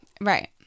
Right